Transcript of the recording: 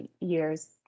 years